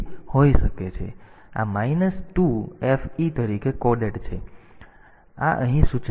તેથી વાસ્તવમાં જો તમે આ સૂચનામાં આ sjmp નું કોડિંગ જુઓ તેથી આ sjmp અહીં સૂચના છે